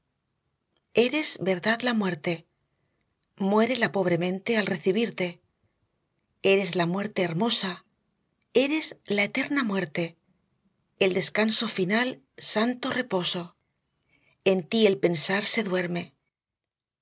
eres verdad la muerte muere la pobre mente al recibirte eres la muerte hermosa res la eterna muerte el descanso final santo reposo en tí el pensar se duerme